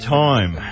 time